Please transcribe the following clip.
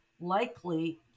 likely